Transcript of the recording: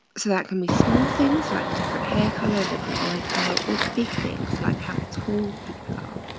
so that can be small things like different hair color, different eye color or big things like how tall people are.